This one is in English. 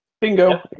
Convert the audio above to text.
Bingo